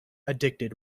addicted